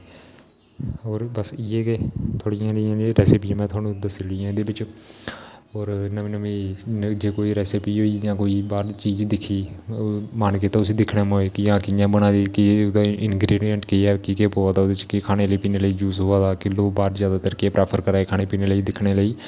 और बस इयै गै थोह्डि़यां जेहड़ी रेसिपियां जेहडियां में थुहानू दस्सी ओङि्यां इन्दे बिच और नमें नमें जे कोई रेसिपी होई गेई जां कोई बाहर चीज दिक्खी मन कीता उसी दिक्खना दा मोए गी जां कियां बना दी केह् ओह्दा इनग्रिडेंट केह् ऐ केह् केंह पवा दा ओहदे च केह् खाने पीने लेई यूज लोक ज्यादातर केह् प्रफेर करा दे खाने पिने लेई दिक्खने लेई